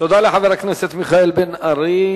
תודה לחבר הכנסת מיכאל בן-ארי.